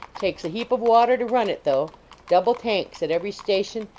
takes a heap of water to run it, though double tanks at every station,